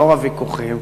לאור הוויכוחים,